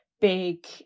big